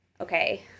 Okay